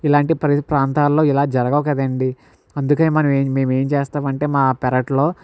ఇలాంటి ప్ర ప్రాంతాల్లో ఇలా జరగవు కదండీ అందుకే మన మేము ఏం చేస్తామంటే మా పెరట్లో